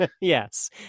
Yes